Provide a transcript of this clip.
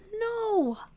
No